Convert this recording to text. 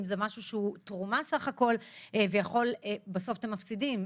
אם זה משהו שהוא תרומה בסוף אתם מפסידים.